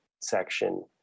section